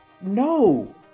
No